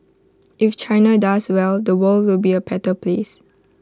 if China does well the world will be A better place